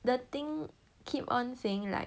the thing keep on saying like